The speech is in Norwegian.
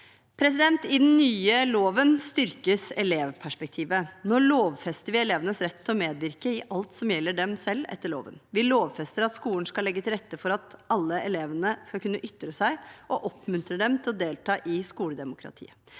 I den nye loven styrkes elevperspektivet. Nå lovfester vi elevenes rett til å medvirke i alt som gjelder dem etter loven. Vi lovfester at skolen skal legge til rette for at alle elevene skal kunne ytre seg, og oppmuntrer dem til å delta i skoledemokratiet.